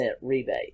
rebate